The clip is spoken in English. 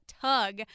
tug